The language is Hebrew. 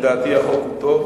לדעתי, החוק טוב.